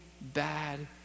bad